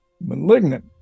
Malignant